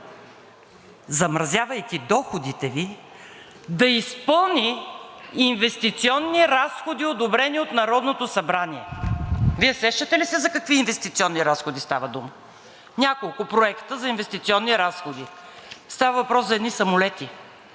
замразявайки доходите Ви, да изпълни инвестиционни разходи, одобрени от Народното събрание. Вие сещате ли се за какви инвестиционни разходи става дума? Няколко проекта за инвестиционни разходи. Става въпрос за едни самолети